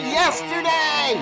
yesterday